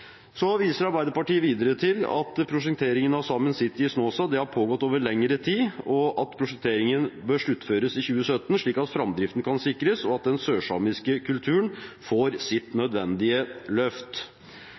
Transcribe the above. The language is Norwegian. Arbeiderpartiet viser videre til at prosjekteringen av Saemien Sijte i Snåsa har pågått over lengre tid, og at prosjekteringen bør sluttføres i 2017, slik at framdriften kan sikres og den sørsamiske kulturen får sitt